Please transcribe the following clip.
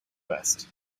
best